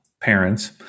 parents